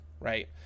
right